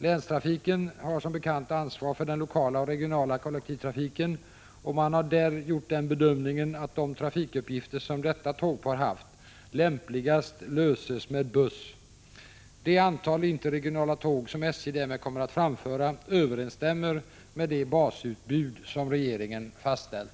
Länstrafiken har som bekant ansvaret för den lokala och regionala kollektivtrafiken, och man har där gjort den bedömningen att de trafikuppgifter som detta tågpar haft lämpligast utförs med buss. Det antal interregionala tåg som SJ därmed kommer att framföra överensstämmer med det basutbud som regeringen fastställt.